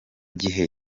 gihe